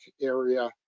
area